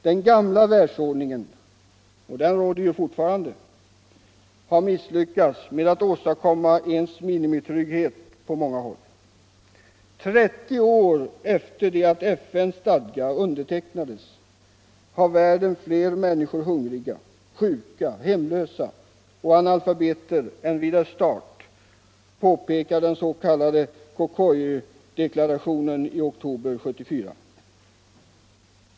Den gamla världsordningen — och den råder fortfarande — har misslyckats med att åstadkomma en minimitrygghet på många håll. 30 år efter det att FN:s stadga undertecknades har världen fler människor som är hungriga, sjuka, hemlösa och analfabeter än vid dess start, påpekade den s.k. Cocoyoc-deklarationen i oktober 1974.